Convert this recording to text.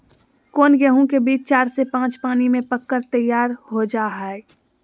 कौन गेंहू के बीज चार से पाँच पानी में पक कर तैयार हो जा हाय?